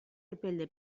epelde